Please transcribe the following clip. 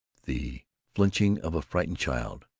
the flinching of a frightened child,